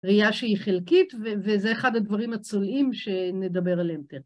ראייה שהיא חלקית, וזה אחד הדברים הצולעים שנדבר עליהם תכף.